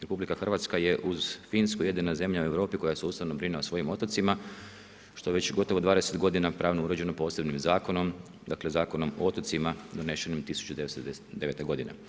RH je uz Finsku jedina zemlja u Europi koja se Ustavno brine o svojim otocima, što već gotovo 20 godina pravno uređeno posebnim zakonom, dakle Zakonom o otocima donešenim 1999. godine.